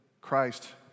Christ